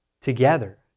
together